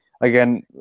Again